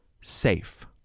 safe